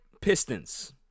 Pistons